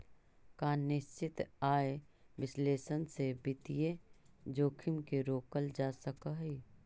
का निश्चित आय विश्लेषण से वित्तीय जोखिम के रोकल जा सकऽ हइ?